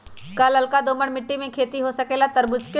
का लालका दोमर मिट्टी में खेती हो सकेला तरबूज के?